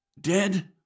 Dead